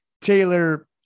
Taylor